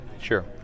sure